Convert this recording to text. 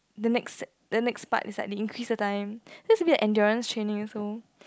the next the next part is like they increase the time then it's a bit of endurance training also